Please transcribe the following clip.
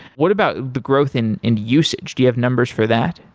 what about the growth in in usage? do you have numbers for that?